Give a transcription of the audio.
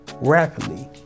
rapidly